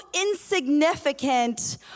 insignificant